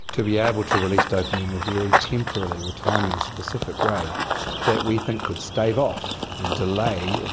to be able to release dopamine in a very temporally or timing specific way that we think could stave off and delay, and